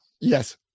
Yes